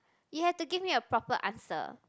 you have to give me a proper answer